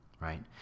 right